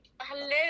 Hello